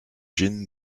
jin